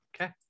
Okay